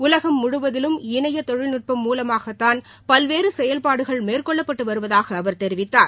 உலகம் முழுவதிலும் இணைய தொழில் நுட்பம் மூலமாகதான் பல்வேறு செயல்பாடுகள் மேற்கொள்ளப்பட்டு வருவதாக அவர் தெரிவித்தார்